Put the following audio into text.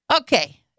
Okay